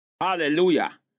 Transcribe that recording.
Hallelujah